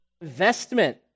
investment